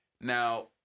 Now